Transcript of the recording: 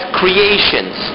creations